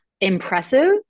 Impressive